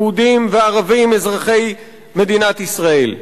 יהודים וערבים אזרחי מדינת ישראל.